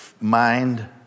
mind